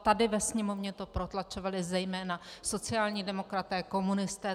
Tady ve Sněmovně to protlačovali zejména sociální demokraté, komunisté.